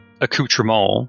accoutrement